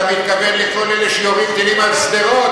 אתה מתכוון לכל אלה שיורים טילים על שדרות,